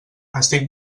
estic